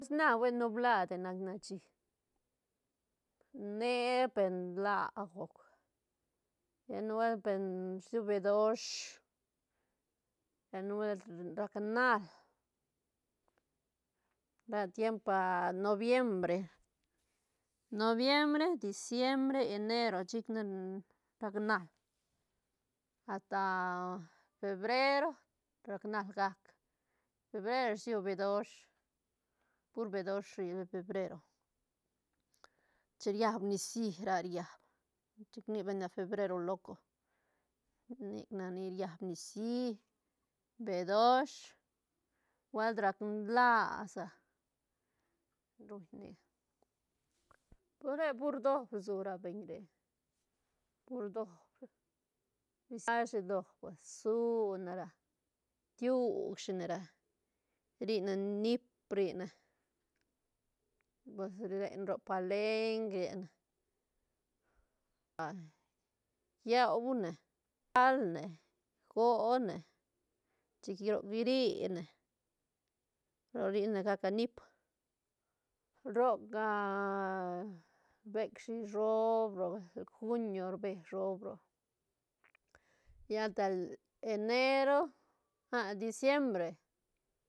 Na hui nublade nac nashi ne pe nlaa guc lla nubuelt pe su bee dosh lla nubuelt rac nal ra tiemp noviembre- noviembre, diciembre, enero chic ne rac nal ata febrero rac nal gac febrero rsu bee dosh pur bee dosh rri feberero chin riab nicií ra riab chic rni beñ ne febrero loco nic nac ni riab nicií bee dosh nubuelt rac nlaa sa ruñne pur re pur doob rsu ra beñ re pur doob risia shi doob pues su nera rquiu shi ne ra rine niip rine pues len ro palenk rine yeune shalne gone chic roc rine roc rine gacne niip roc bec shi shob roc junio rbe shob roc lla gan tal enero ah a diciembre.